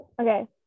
Okay